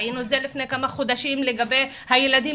ראינו את זה לפני כמה חודשים לגבי הילדים